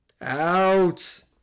out